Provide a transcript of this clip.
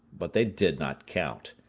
but they did not count.